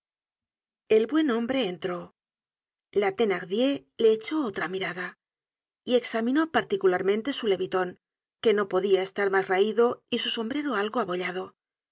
el buen hombre entró la thenardier le echó otra mirada examinó particularmente su leviton que no podia estar mas raido y su sombrero algo abollado